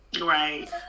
Right